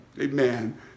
Amen